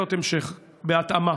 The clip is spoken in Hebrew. אבל התרופה לכל מחלה זו השמחה.